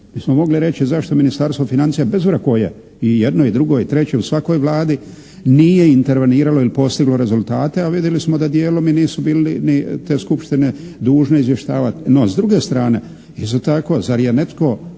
Mi smo mogli reći zašto Ministarstvo financija bez obzira koje i jedno i drugo i treće u svakoj Vladi nije interveniralo ili postiglo rezultate, a vidjeli smo da dijelom i nisu bili ni te skupštine dužne izvještavati. No s druge strane isto tako zar je netko